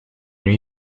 new